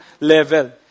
level